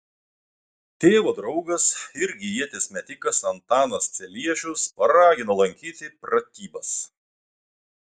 tėvo draugas irgi ieties metikas antanas celiešius paragino lankyti pratybas